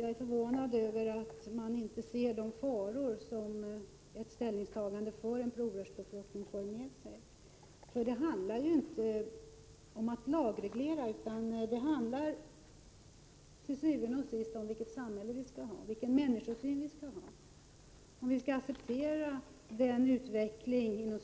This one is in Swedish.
Jag är förvånad över att man inte ser de faror som ett ställningstagande för provrörsbefruktning för med sig. Det handlar ju inte om att lagreglera, utan det handlar til syvende och sidst om vilket samhälle och vilken människosyn vi skall ha, om vi skall acceptera den ”utveckling”